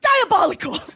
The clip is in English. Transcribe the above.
Diabolical